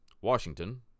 Washington